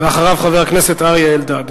ואחריו, חבר הכנסת אריה אלדד.